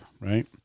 Right